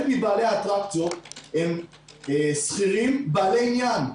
מבעלי האטרקציות הם שכירים בעלי עניין.